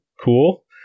Cool